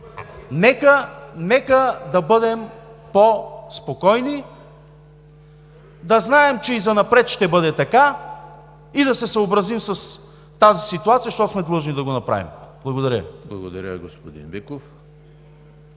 Нека да бъдем по-спокойни. Да знаем, че и занапред ще бъде така и да се съобразим с тази ситуация, защото сме длъжни да го направим. Благодаря Ви.